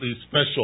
special